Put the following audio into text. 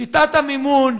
שיטת המימון,